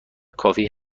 کافی